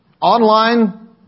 Online